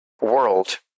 world